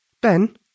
Ben